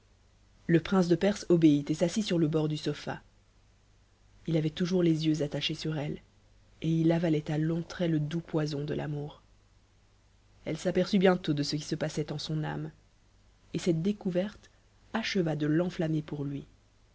le prince de perse obéit et s'assit sur le bord du sofa il avait toujours les yeux attachés sur elle et il avalait à longs traits le doux poison de l'amour elle s'aperçut bientôt de ce qui se passait en son âme et cette découverte acheva de l'enftammer pour lui